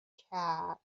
کرد